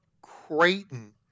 Creighton